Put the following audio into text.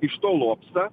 iš to lobsta